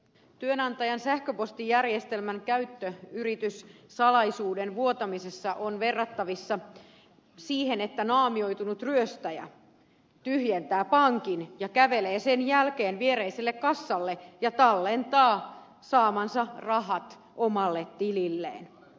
työnantajan sähköpostijärjestelmän käyttö yrityssalaisuuden vuotamisessa on verrattavissa siihen että naamioitunut ryöstäjä tyhjentää pankin ja kävelee sen jälkeen viereiselle kassalle ja tallettaa saamansa rahat omalle tililleen